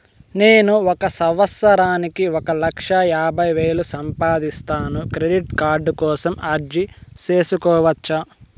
నేను ఒక సంవత్సరానికి ఒక లక్ష యాభై వేలు సంపాదిస్తాను, క్రెడిట్ కార్డు కోసం అర్జీ సేసుకోవచ్చా?